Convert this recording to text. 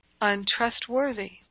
untrustworthy